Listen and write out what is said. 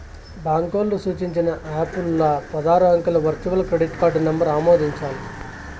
బాంకోల్లు సూచించిన యాపుల్ల పదారు అంకెల వర్చువల్ క్రెడిట్ కార్డు నంబరు ఆమోదించాలి